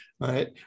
right